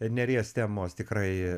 neries temos tikrai